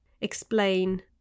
explain